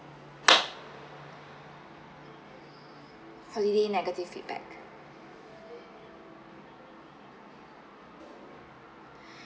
holiday negative feedback